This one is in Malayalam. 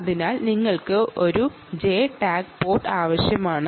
അതുകൊണ്ട് നിങ്ങൾക്ക് ഒരു ജെ ടാഗ് പോർട്ട് ആവശ്യമാകുന്നു